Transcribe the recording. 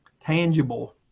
tangible